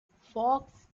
fox